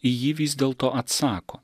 į jį vis dėlto atsako